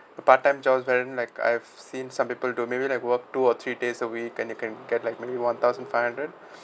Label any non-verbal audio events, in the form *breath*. a part time jobs apparently like I've seen some people do maybe like work two or three days a week and you can get like maybe one thousand five hundred *breath*